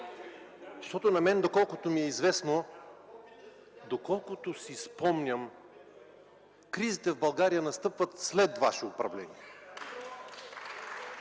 ПЕТЪР ПЕТРОВ: Доколкото ми е известно, доколкото си спомням, кризите в България настъпват след ваше управление!